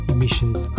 Emissions